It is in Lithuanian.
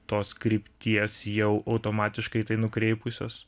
tos krypties jau automatiškai tai nukreipusios